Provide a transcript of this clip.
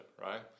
right